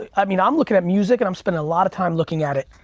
i mean i'm looking at music and i'm spending a lot of time looking at it.